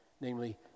namely